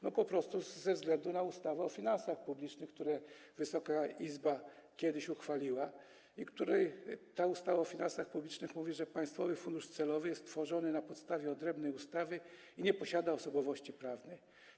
No po prostu ze względu na ustawę o finansach publicznych, którą Wysoka Izba kiedyś uchwaliła i która to ustawa mówi, że państwowy fundusz celowy jest tworzony na podstawie odrębnej ustawy i nie posiada osobowości prawnej.